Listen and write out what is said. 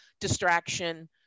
distraction